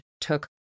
took